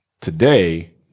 Today